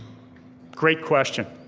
great question.